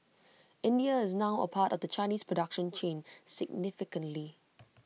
India is now A part of the Chinese production chain significantly